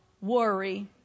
worry